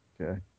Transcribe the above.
Okay